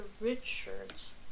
Richards